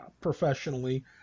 professionally